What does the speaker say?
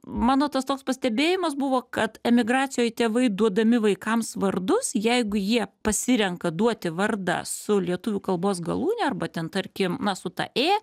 mano tas toks pastebėjimas buvo kad emigracijoj tėvai duodami vaikams vardus jeigu jie pasirenka duoti vardą su lietuvių kalbos galūne arba ten tarkim na su ta ė